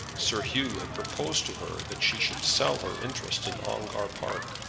sir hugh had proposed to her that she should sell her interest in ongar park,